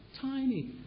tiny